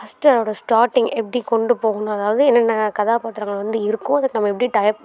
first அதோட starting எப்படி கொண்டு போகணும் அதாவது என்னென்ன கதாபாத்திரங்கள் வந்து இருக்கும் அதுக்கு நம்ம எப்படி டயப்